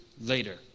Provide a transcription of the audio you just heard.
later